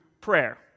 prayer